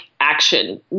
action